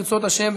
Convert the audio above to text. ברצות השם,